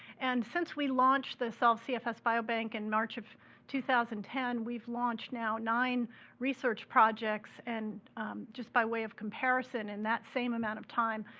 and since we launched the solve cfs biobank in march of two thousand and ten, we've launched now nine research projects, and just by way of comparison in that same amount of time,